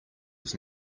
was